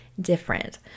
different